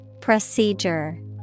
Procedure